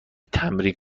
تمرین